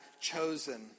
chosen